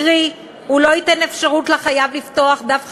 קרי הוא לא ייתן לחייב אפשרות לפתוח דף חדש,